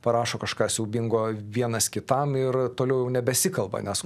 parašo kažką siaubingo vienas kitam ir toliau nebesikalba nes